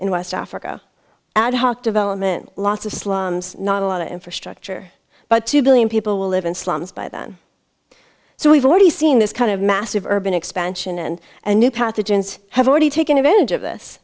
in west africa ad hoc development lots of slums not a lot of infrastructure but two billion people live in slums by then so we've already seen this kind of massive urban expansion and a new pathogens have already taken advantage of this